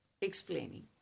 explaining